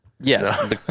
Yes